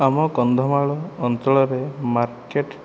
ଆମ କନ୍ଧମାଳ ଅଞ୍ଚଳରେ ମାର୍କେଟ୍